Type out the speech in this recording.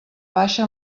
baixa